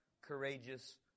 courageous